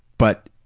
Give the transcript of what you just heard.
but